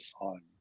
on